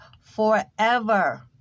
forever